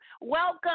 Welcome